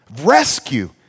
rescue